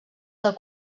del